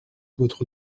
votre